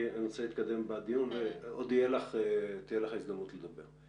כי אני רוצה להתקדם בדיון ועוד תהיה לך ההזדמנות לדבר.